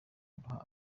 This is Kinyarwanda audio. nkunda